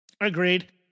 agreed